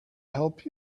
help